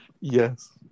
Yes